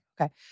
Okay